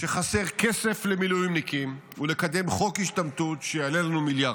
שחסר כסף למילואימניקים ולקדם חוק השתמטות שיעלה לנו מיליארדים?